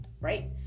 right